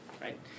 right